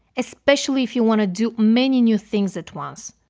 especially if you want to do many new things at once.